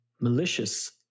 malicious